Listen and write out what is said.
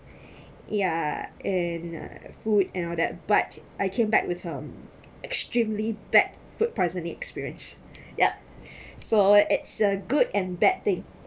ya and food and all that but I came back with um extremely bad food poisoning experience yup so it's a good and bad thing